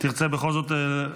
תרצה בכל זאת שאלת המשך?